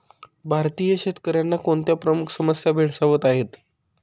भारतीय शेतकऱ्यांना कोणत्या प्रमुख समस्या भेडसावत आहेत?